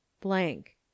Blank